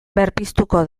berpiztuko